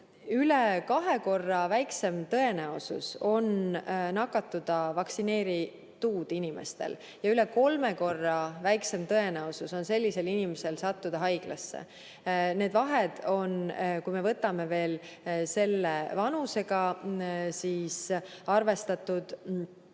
Üle kahe korra väiksem tõenäosus on nakatuda vaktsineeritud inimestel ja üle kolme korra väiksem tõenäosus on sellisel inimesel sattuda haiglasse. Kui me võtame veel vanuse järgi arvestatud